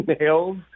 nails